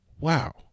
wow